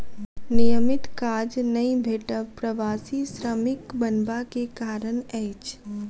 नियमित काज नै भेटब प्रवासी श्रमिक बनबा के कारण अछि